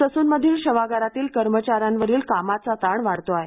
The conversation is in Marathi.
ससूनमधील शवागारातील कर्मचाऱ्यांवरील कामाचा ताण वाढतो आहे